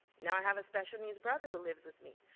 now i have a special needs brother who lives with me.